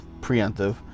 preemptive